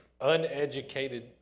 uneducated